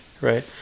right